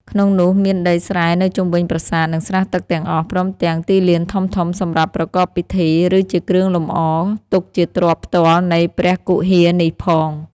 ក្នុងនោះមានដីស្រែនៅជុំវិញប្រាសាទ និងស្រះទឹកទាំងអស់ ព្រមទាំងទីលានធំៗសម្រាប់ប្រកបពិធី ឬជាគ្រឿងលម្អ ទុកជាទ្រព្យផ្ទាល់នៃព្រះគុហានេះផង ។